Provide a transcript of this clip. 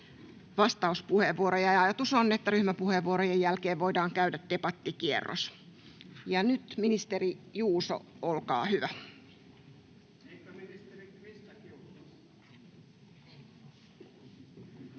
vastauspuheenvuoroja, ja ajatus on, että ryhmäpuheenvuorojen jälkeen voidaan käydä debattikierros. Nyt ministeri Juuso, olkaa hyvä. [Ben